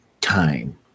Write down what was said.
time